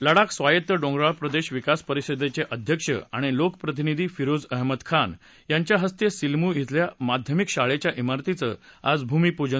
लडाख स्वायत्त डोंगराळ प्रदेश विकास परिषदेचे अध्यक्ष आणि लोकप्रतिनिधी फिरोझ अहमद खान यांच्याहस्ते सिल्मू अल्या माध्यमिक शाळेच्या धारतीचं आज भूमिपूजन झालं